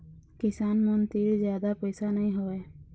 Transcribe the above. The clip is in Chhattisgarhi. किसान मन तीर जादा पइसा नइ होवय